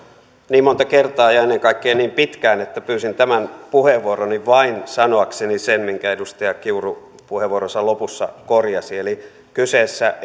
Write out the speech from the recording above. niin monta kertaa ja ennen kaikkea niin pitkään että pyysin tämän puheenvuoroni vain sanoakseni sen minkä edustaja kiuru puheenvuoronsa lopussa korjasi eli kyseessä